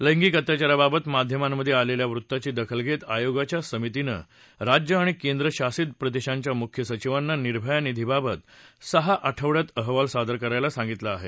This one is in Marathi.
लैंगिक अत्याचारबाबत माध्यमांमधे आलेल्या वृत्तापी दखल घेत आयोगाच्या समितीनं राज्य आणि केंद्रशासित प्रदेशांच्या मुख्य सचिवांना निर्भया निधीबाबत सहा आठवड्यात अहवाल सादर करायला सांगितलं आहे